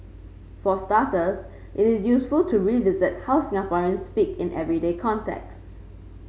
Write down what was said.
for starters it is useful to revisit how Singaporeans speak in everyday contexts